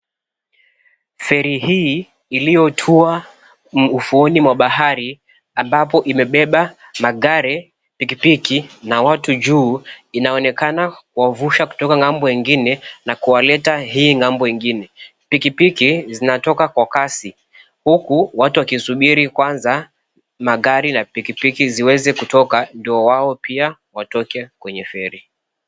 Feri hii iliyotua ufuoni mwa baharini ambapo imebeba magari, pikipiki na watu juu inaonekana kuwavusha kutoka ng'ambo ingine na kuwaleta hii ng'ambo ingine. Pikipiki zinatoka kwa kasi, huku watu wakisubiri kwanza magari na pikipiki ziweze kutoka ndio wao pia watoke kwenye feri.